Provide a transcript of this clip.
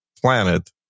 planet